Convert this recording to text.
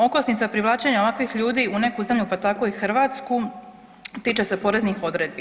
Okosnica privlačenja ovakvih ljudi u neku zemlju, pa tako i Hrvatsku tiče se poreznih odredbi.